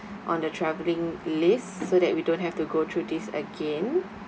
on the travelling list so that we don't have to go through this again